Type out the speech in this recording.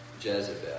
Jezebel